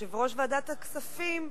יושב-ראש ועדת הכספים,